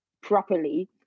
properly